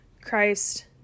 Christ